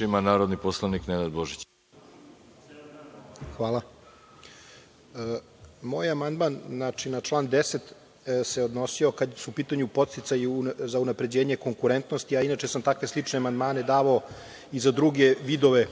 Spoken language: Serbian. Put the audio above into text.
ima narodni poslanik Nenad Božić. **Nenad Božić** Hvala. Moj amandman na član 10. se odnosi, kad su u pitanju podsticaji za unapređenje konkurentnosti, a inače sam takve slične amandmane davao i za druge vidove